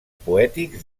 poètics